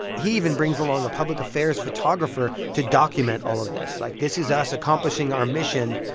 he even brings along a public affairs photographer to document all of this. like, this is us accomplishing our mission,